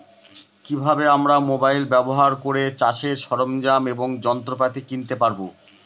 কি ভাবে আমরা মোবাইল ব্যাবহার করে চাষের সরঞ্জাম এবং যন্ত্রপাতি কিনতে পারবো?